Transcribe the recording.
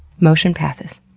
motion passes.